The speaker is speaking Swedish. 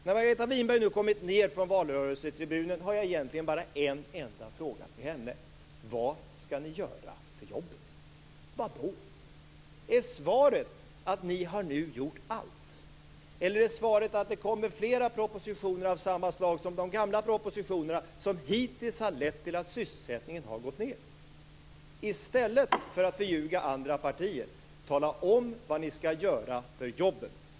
När Margareta Winberg nu kommit ned från valrörelsetribunen har jag egentligen bara en enda fråga till henne: Vad skall ni göra för jobben? Vad då? Är svaret att ni nu har gjort allt? Eller är svaret att det kommer fler propositioner av samma slag som de gamla propositionerna, som hittills har lett till att sysselsättningen har gått ned? I stället för att beljuga andra partier - tala om vad ni skall göra för jobben!